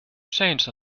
changed